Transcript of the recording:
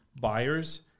buyers